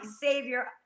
savior